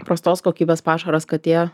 prastos kokybės pašaras katė